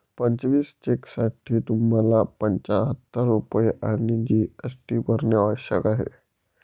पंचवीस चेकसाठी तुम्हाला पंचाहत्तर रुपये आणि जी.एस.टी भरणे आवश्यक आहे